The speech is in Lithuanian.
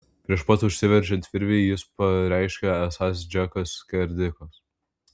prieš pat užsiveržiant virvei jis pareiškė esąs džekas skerdikas